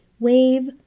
WAVE